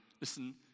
listen